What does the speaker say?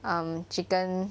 um chicken